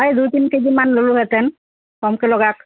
প্ৰায় দুই তিনিকেজি মান ল'লোহেঁতেন কমকৈ লগাওক